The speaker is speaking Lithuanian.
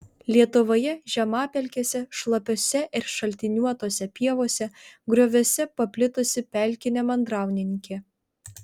lietuvoje žemapelkėse šlapiose ir šaltiniuotose pievose grioviuose paplitusi pelkinė mandrauninkė